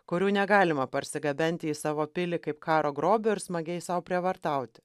kurių negalima parsigabenti į savo pilį kaip karo grobio ir smagiai sau prievartauti